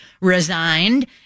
resigned